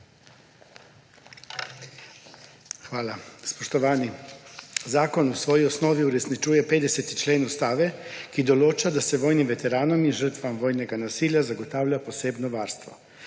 Hvala. Spoštovani! Zakon v svoji osnovi uresničuje 50. člen Ustave, ki določa, da se vojnim veteranom in žrtvam vojnega nasilja zagotavlja posebno varstvo.